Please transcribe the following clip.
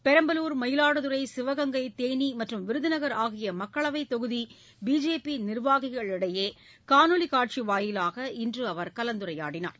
பெரம்பலூர் மயிலாடுதுறை சிவகங்கை தேனி மற்றும் விருதுநகர் ஆகிய மக்களவைத் தொகுதி பிஜேபி நிர்வாகிகளிடையே காணொலிக் காட்சி வாயிலாக இன்று அவர் கலந்துரையாடினார்